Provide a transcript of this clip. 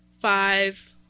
five